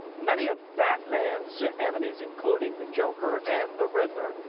many of batman's enemies, including the joker and the riddler,